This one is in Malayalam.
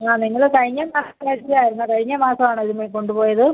ആ നിങ്ങൾ കഴിഞ്ഞ മാസത്തെ ആയിരുന്നോ കഴിഞ്ഞ മാസം ആണോ ഇത് കൊണ്ട് പോയത്